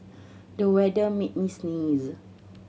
the weather made me sneeze